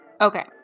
Okay